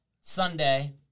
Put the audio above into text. Sunday